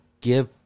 give